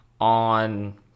on